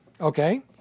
Okay